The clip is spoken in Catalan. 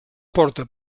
porta